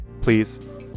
please